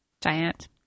giant